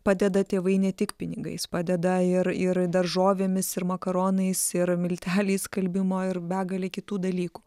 padeda tėvai ne tik pinigais padeda ir ir daržovėmis ir makaronais ir milteliais skalbimo ir begale kitų dalykų